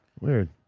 Weird